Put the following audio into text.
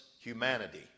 humanity